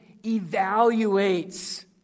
evaluates